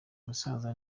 gusasa